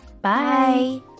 Bye